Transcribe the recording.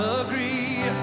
agree